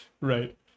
Right